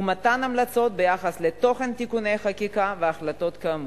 ומתן המלצות ביחס לתוכן תיקוני חקיקה וההחלטות כאמור.